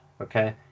okay